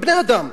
כבני אדם,